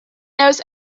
knows